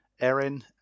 Erin